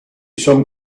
some